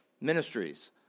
ministries